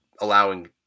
allowing